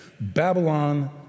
Babylon